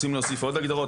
רוצים להוסיף עוד הגדרות,